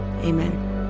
Amen